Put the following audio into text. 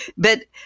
but,